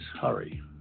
hurry